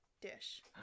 dish